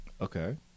Okay